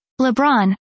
LeBron